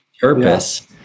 purpose